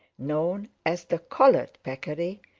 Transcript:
known as the collared peccary,